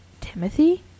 timothy